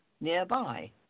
nearby